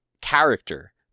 character